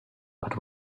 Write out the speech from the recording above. but